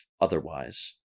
otherwise